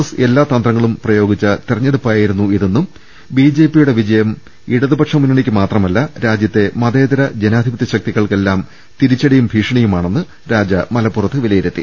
S എല്ലാ തന്ത്രങ്ങളും പ്രയോഗിച്ച തെരഞ്ഞെടുപ്പാണിതെന്നും ബി ജെ പിയുടെ വിജയം ഇടതുപക്ഷ മുന്നണിക്ക് മാത്രമല്ല രാജ്യത്തെ മതേ തര ജനാധിപത്യ ശക്തികൾക്കെല്ലാം തിരിച്ചടിയും ഭീഷ ണിയുമാണെന്ന് രാജ മലപ്പുറത്ത് വിലയിരുത്തി